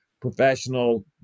professional